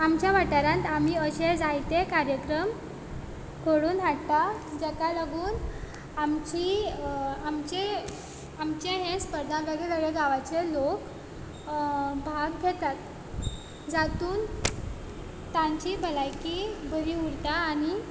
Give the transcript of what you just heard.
आमच्या वाठारांत आमी अशें जायते कार्यक्रम घडोवन हाडटा जाका लागून आमची आमचे आमचे हे स्पर्धा वेगळे वेगळे गांवाचे लोक भाग घेतात जातूंत तांची भलायकी बरी उरता आनी